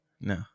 No